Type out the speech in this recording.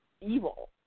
evil